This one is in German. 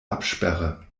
absperre